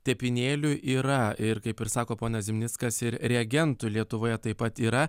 tepinėlių yra ir kaip ir sako ponas zimnickas ir reagentų lietuvoje taip pat yra